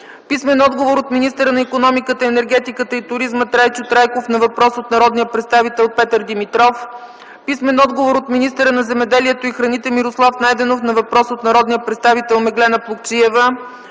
Великов; - от министъра на икономиката, енергетиката и туризма Трайчо Трайков на въпрос от народния представител Петър Димитров; - от министъра на земеделието и храните Мирослав Найденов на въпрос от народния представител Меглена Плугчиева;